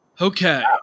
Okay